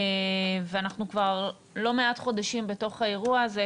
ואנחנו כבר לא מעט חודשים בתוך האירוע הזה,